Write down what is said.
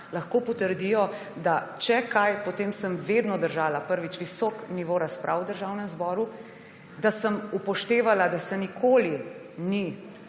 lahko potrdijo, da če kaj, potem sem vedno držala, prvič, visok nivo razprav v Državnem zboru, da sem upoštevala, da se nikoli ni